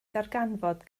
ddarganfod